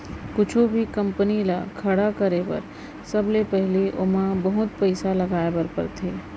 कुछु भी कंपनी ल खड़ा करे बर सबले पहिली ओमा बहुत पइसा लगाए बर परथे